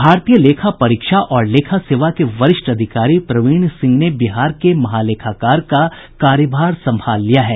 भारतीय लेखा परीक्षा और लेखा सेवा के वरिष्ठ अधिकारी प्रवीण सिंह ने बिहार के महालेखाकार का कार्यभार संभाल लिया है